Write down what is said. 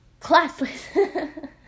classless